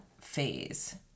phase